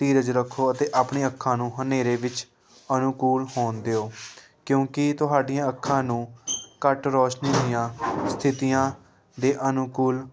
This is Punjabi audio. ਧੀਰਜ ਰੱਖੋ ਅਤੇ ਆਪਣੀਆਂ ਅੱਖਾਂ ਨੂੰ ਹਨੇਰੇ ਵਿੱਚ ਅਨੁਕੂਲ ਹੋਣ ਦਿਓ ਕਿਉਂਕਿ ਤੁਹਾਡੀਆਂ ਅੱਖਾਂ ਨੂੰ ਘੱਟ ਰੌਸ਼ਨੀ ਦੀਆਂ ਸਥਿਤੀਆਂ ਦੇ ਅਨੁਕੂਲ